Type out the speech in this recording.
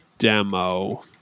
demo